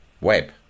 web